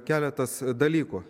keletas dalykų